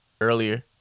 earlier